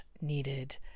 needed